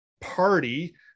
party